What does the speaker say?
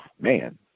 man